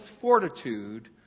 fortitude